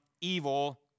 evil